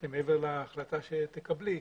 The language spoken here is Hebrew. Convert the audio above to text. מעבר להחלטה שתקבלי,